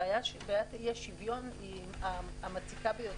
בעיית אי השוויון היא המציקה ביותר.